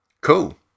cool